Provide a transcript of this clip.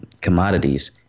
commodities